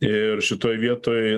ir šitoj vietoj